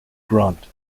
grunt